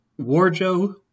Warjo